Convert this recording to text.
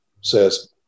says